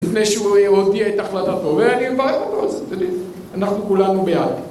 לפני שהוא רואה אותי הייתה החלטה טובה ואני מברך אותו על זה, אנחנו כולנו בעד